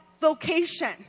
vocation